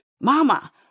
mama